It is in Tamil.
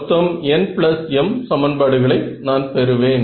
மொத்தம் nm சமன்பாடுகளை நான் பெறுவேன்